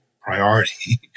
priority